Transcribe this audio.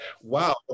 Wow